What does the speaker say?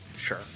Sure